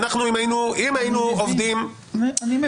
אנחנו אם היינו עובדים -- אני מבין.